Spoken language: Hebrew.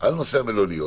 על נושא המלוניות.